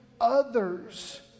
others